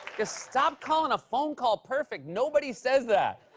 just stop calling a phone call perfect. nobody says that.